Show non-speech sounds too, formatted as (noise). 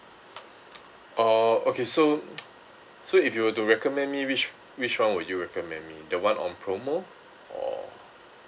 orh okay so (noise) so if you were to recommend me which which one will you recommend me the one on promo or